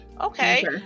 Okay